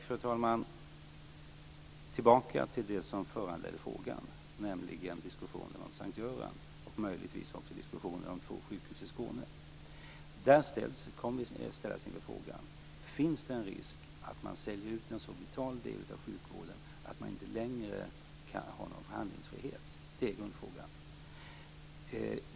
Fru talman! Jag vill gå tillbaka till det som föranledde frågan, nämligen diskussionen om S:t Göran, och möjligtvis också diskussionen om två sjukhus i Skåne. Där kom vi att ställas inför frågan: Finns det en risk att man säljer ut en så vital del av sjukvården att man inte längre kan ha någon förhandlingsfrihet? Det är grundfrågan.